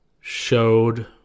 showed